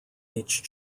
each